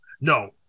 No